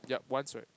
yup once right